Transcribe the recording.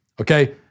Okay